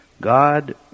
God